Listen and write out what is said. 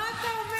מה אתה אומר?